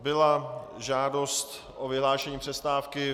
Byla žádost o vyhlášení přestávky.